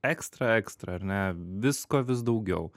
ekstra ekstra ar ne visko vis daugiau